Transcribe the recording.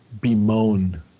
bemoan